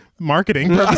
marketing